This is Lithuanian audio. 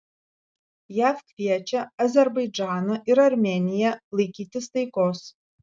jav kviečia azerbaidžaną ir armėniją laikytis taikos